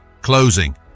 Closing –